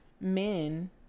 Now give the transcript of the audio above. men